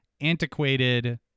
antiquated